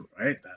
right